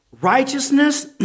Righteousness